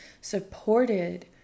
supported